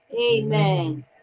amen